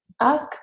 ask